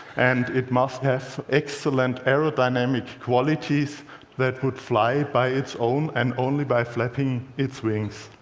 and it must have excellent aerodynamic qualities that would fly by its own and only by flapping its wings.